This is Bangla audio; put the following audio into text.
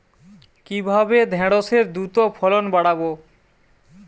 কিভাবে ঢেঁড়সের দ্রুত ফলন বাড়াব?